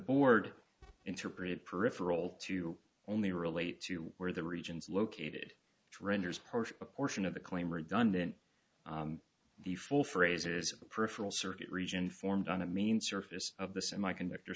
board interpreted peripheral to only relate to where the regions located it renders a portion of the claim redundant the full phrase is peripheral circuit region formed on a main surface of the semiconductor